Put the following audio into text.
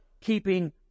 keeping